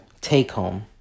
take-home